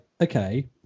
okay